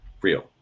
real